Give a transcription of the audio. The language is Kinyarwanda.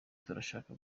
turashaka